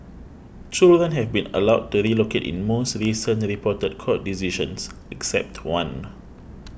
children have been allowed to relocate in most recent reported court decisions except one